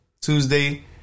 Tuesday